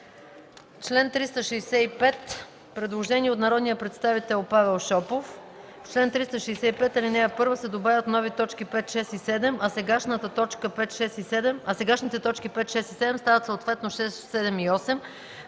МАНОЛОВА: Предложение от народния представител Павел Шопов: „В чл. 365, ал. 1 се добавят нови точки 5, 6 и 7, а сегашните точки 5, 6 и 7 стават съответно 6, 7 и 8